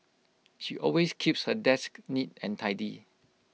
she always keeps her desk neat and tidy